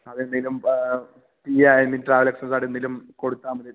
അതെന്തേലും PA ആയാലും travel എക്സ്പെൻസായിട്ടെന്തേലും കൊടുത്താ മതി